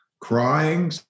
crying